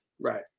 Right